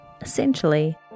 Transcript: essentially